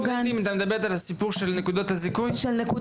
את מדברת על הסיפור של נקודות הזיכוי?